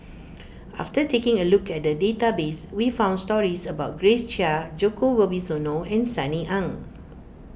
after taking a look at the database we found stories about Grace Chia Djoko Wibisono and Sunny Ang